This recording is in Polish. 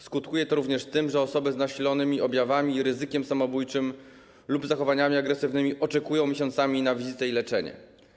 Skutkuje to również tym, że osoby z nasilonymi objawami i ryzykiem samobójczym lub zachowaniami agresywnymi oczekują miesiącami na wizytę i leczenie.